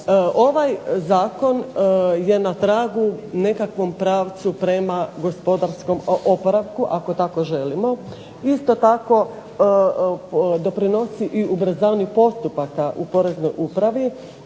ovaj zakon je na tragu nekakvom pravcu prema gospodarskom oporavku ako tako želimo. Isto tako doprinosi i ubrzanju postupaka u Poreznoj upravi,